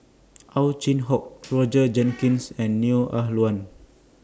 Ow Chin Hock Roger Jenkins and Neo Ah Luan